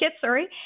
sorry